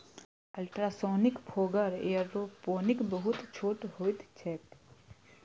ultrasonic fogger aeroponic बहुत छोट होइत छैक